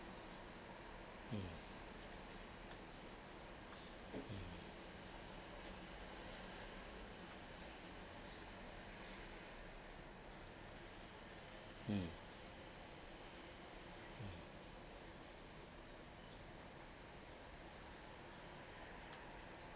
mm mm